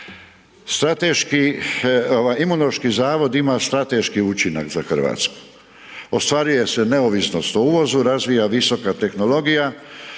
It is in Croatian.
Imunološki zavod ima strateški učinak za RH. Ostvaruje se neovisnost o uvozu, razvija visoka tehnologija,